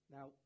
Now